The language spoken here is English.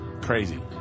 Crazy